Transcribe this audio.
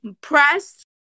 Press